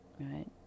right